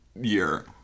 year